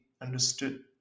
understood